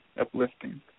uplifting